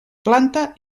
planta